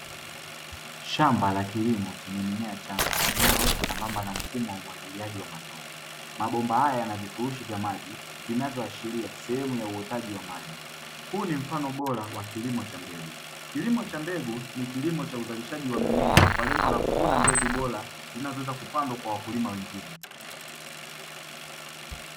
Shamba la kilimo chenye mimea changa, inayoota sambamba na mfumo wa umwagiliaji wa matone. Mabomba haya yana vifurushi vya maji, vinavyoashiria sehemu ya uotaji wa maji. Huu ni mfano bora wa kilimo cha mbegu; kilimo cha mbegu ni kilimo cha uzalishaji wa mimea kwa lengo la kuvuna mbegu bora zinazoweza kupandwa kwa wakulima wengine.